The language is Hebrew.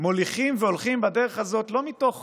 מוליכים והולכים בדרך הזאת לא מתוך